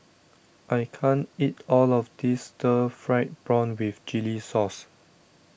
I can't eat all of this Stir Fried Prawn with Chili Sauce